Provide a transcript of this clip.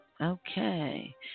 Okay